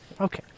Okay